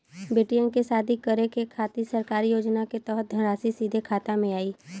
बेटियन के शादी करे के खातिर सरकारी योजना के तहत धनराशि सीधे खाता मे आई?